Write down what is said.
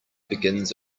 begins